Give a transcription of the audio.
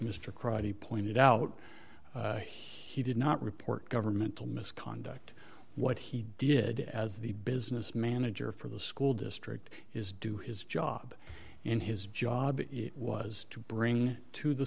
crotty pointed out he did not report governmental misconduct what he did as the business manager for the school district is do his job in his job was to bring to the